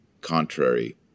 contrary